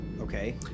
Okay